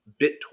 BitTorrent